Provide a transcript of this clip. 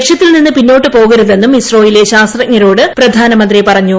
ലക്ഷ്യത്തിൽനിന്നും പിന്നോട്ടുപോകരുതെന്നും ഇസ്റോയിലെ ശാസ്ത്രജ്ഞരോട് പ്രധാനമന്ത്രി പറഞ്ഞു